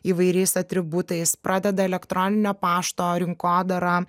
įvairiais atributais pradeda elektroninio pašto rinkodarą